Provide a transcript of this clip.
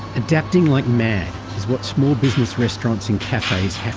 adapting like mad is what small business restaurants and cafes